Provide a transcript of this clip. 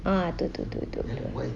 ah betul betul betul